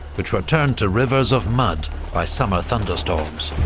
which were turned to rivers of mud by summer thunderstorms.